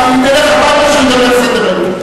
נלך הביתה כשייגמר סדר-היום.